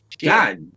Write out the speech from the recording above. god